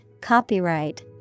copyright